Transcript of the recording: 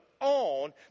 on